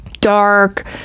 dark